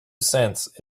cents